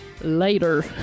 later